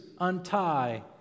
untie